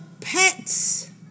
pets